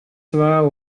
vēlu